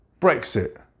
Brexit